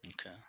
Okay